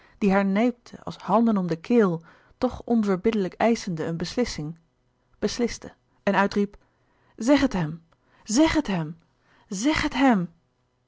die haar nijpte als handen om de keel toch onverbiddelijk eischende een beslissing besliste en uitriep zeg het hem zeg het hem zeg het hem